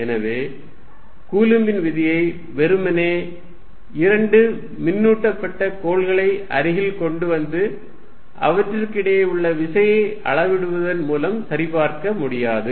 எனவே கூலும்பின் விதியை வெறுமனே இரண்டு மின்னூட்டப்பட்ட கோள்களை அருகில் கொண்டு வந்து அவற்றுக்கிடையே உள்ள விசையை அளவிடுவதன் மூலம் சரிபார்க்க முடியாது